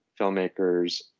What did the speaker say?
filmmakers